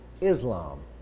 Islam